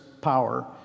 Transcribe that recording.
power